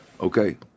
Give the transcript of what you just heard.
Okay